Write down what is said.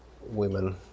women